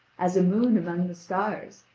as a moon among the stars,